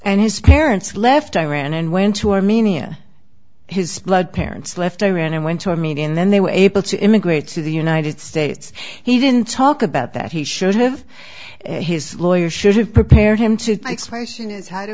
and his parents left iran and went to armenia his blood parents left iran and went to a meeting then they were able to immigrate to the united states he didn't talk about that he should have his lawyer should have prepared him to expression is how do